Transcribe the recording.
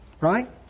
right